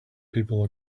people